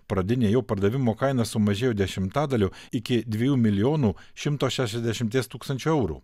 pradinė jo pardavimo kaina sumažėjo dešimtadaliu iki dviejų milijonų šimto šešiasdešimties tūkstančių eurų